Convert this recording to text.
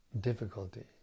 difficulty